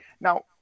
now